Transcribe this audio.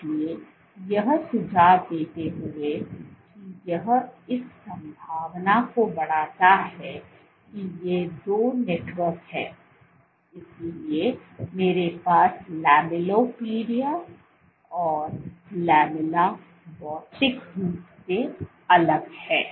इसलिए यह सुझाव देते हुए कि यह इस संभावना को बढ़ाता है कि ये दो नेटवर्क हैं इसलिए मेरे पास लैमेलिपोडिया और लैमेला भौतिक रूप से अलग हैं